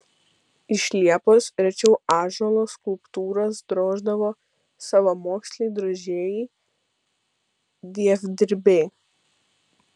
iš liepos rečiau ąžuolo skulptūras droždavo savamoksliai drožėjai dievdirbiai